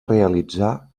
realitzar